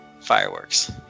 fireworks